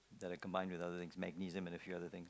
that are combined with other things magnesium and a few other things